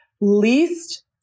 least